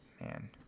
Man